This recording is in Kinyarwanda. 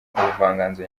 ubuvanganzo